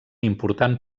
important